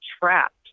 trapped